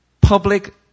public